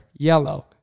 Yellow